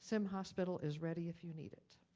sim hospital is ready if you need it.